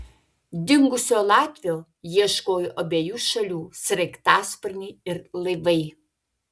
dingusio latvio ieškojo abiejų šalių sraigtasparniai ir laivai